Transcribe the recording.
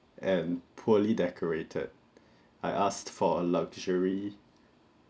and poorly decorated I asked for a luxury